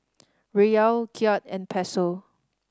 Riyal Kyat and Peso